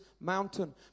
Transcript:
mountain